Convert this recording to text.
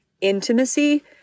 intimacy